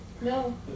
No